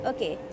Okay